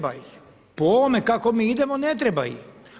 Po ovome kako mi idemo ne treba ih.